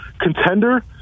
contender